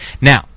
Now